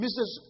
Mrs